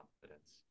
confidence